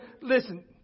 listen